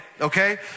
Okay